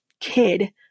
kid